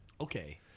Okay